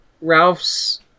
Ralph's